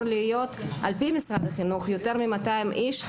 להיות על-פי משרד החינוך יותר מ-200 איש,